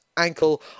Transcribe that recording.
Ankle